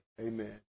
Amen